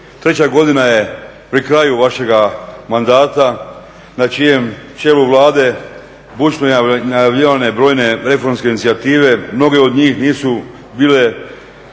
Treća godina je pri kraju vašega mandata na čijem čelu Vlade bučno najavljivane brojne reformske inicijative, mnoge od njih nisu bile